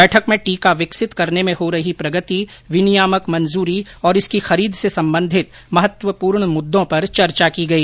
बैठक में टीका विकसित करने में हो रही प्रगति विनियामक मंजूरी और इसकी खरीद से संबंधित महत्वपूर्ण मुद्दों पर चर्चा की गई